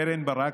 קרן ברק,